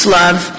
love